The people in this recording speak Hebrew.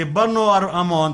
דיברנו המון,